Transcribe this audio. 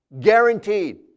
Guaranteed